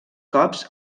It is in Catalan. cops